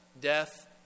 death